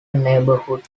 neighborhood